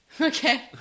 Okay